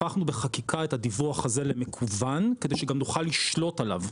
הפכנו בחקיקה את הדיווח הזה למקוון כדי שגם נוכל לשלוט עליו.